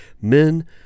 men